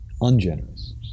ungenerous